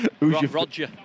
Roger